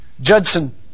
Judson